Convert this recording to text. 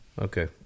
Okay